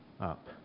up